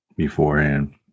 Beforehand